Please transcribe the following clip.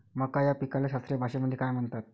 मका या पिकाले शास्त्रीय भाषेमंदी काय म्हणतात?